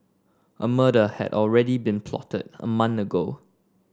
a murder had already been plotted a month ago